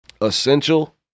Essential